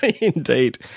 Indeed